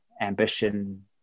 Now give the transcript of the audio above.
ambition